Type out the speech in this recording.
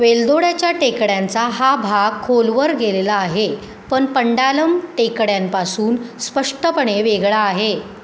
वेलदोड्याच्या टेकड्यांचा हा भाग खोलवर गेलेला आहे पण पंडालम टेकड्यांपासून स्पष्टपणे वेगळा आहे